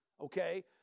okay